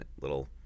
little